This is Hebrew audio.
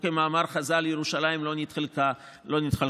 או כמאמר חז"ל: "ירושלים לא נתחלקה לשבטים".